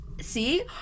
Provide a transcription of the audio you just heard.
see